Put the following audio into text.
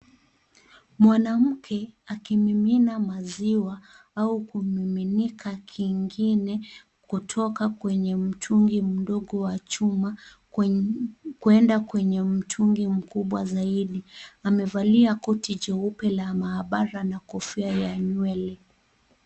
Mwanamke akimimina maziwa au kumiminika kingine kutoka kwenye mtungi mdogo wa chuma kuenda Kwenye mtungi mkubwa zaidi. Amevalia koti cheupe ya mahabara na kofia ya nywele.